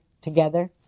together